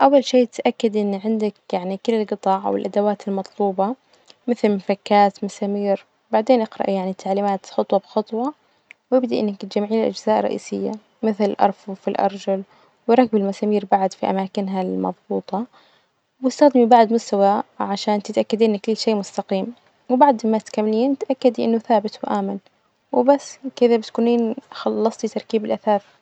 أول شي تتأكدي إن عندك يعني كل الجطع أو الأدوات المطلوبة مثل مفكات، مسامير، بعدين إقرأي يعني التعليمات خطوة بخطوة، وإبدأي إنك تجمعين الأجزاء الرئيسية مثل الأرفف، الأرجل، وركبي المسامير بعد في أماكنها المضبوطة، وإستخدمي بعد مستوى عشان تتأكدين إن كل شي مستقيم، وبعد ما تكملين تأكدي إنه ثابت وآمن، وبس كذا بتكونين خلصتي تركيب الأثاث.